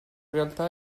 realtà